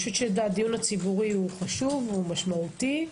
הדיון הציבורי חשוב ומשמעותי.